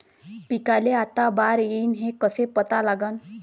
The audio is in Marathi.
पिकाले आता बार येईन हे कसं पता लागन?